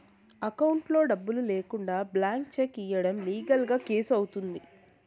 అకౌంట్లో డబ్బులు లేకుండా బ్లాంక్ చెక్ ఇయ్యడం లీగల్ గా కేసు అవుతుంది